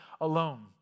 alone